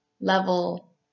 level